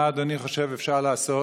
מה אדוני חושב שאפשר לעשות,